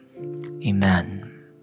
Amen